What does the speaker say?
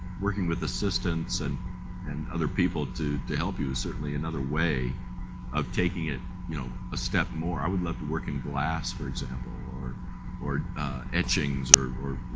working with assistants and and other people to to help you is certainly another way of taking it, you know, a step more. i would love to work in glass for example or or etchings or you